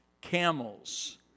Camels